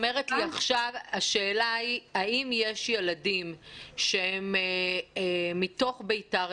השאלה היא האם יש ילדים שהם מתוך ביתר